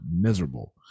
miserable